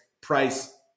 price